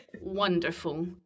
wonderful